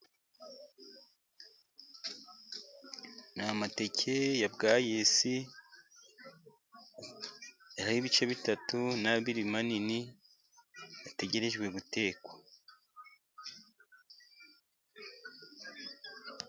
Ni amateke ya bwayisi， hari ay'ibice bitatu n'abiri manini，ategerejwe gutekwa.